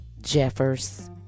Jeffers